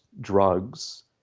drugs